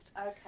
Okay